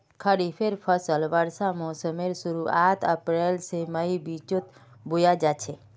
खरिफेर फसल वर्षा मोसमेर शुरुआत अप्रैल से मईर बिचोत बोया जाछे